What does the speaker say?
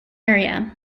area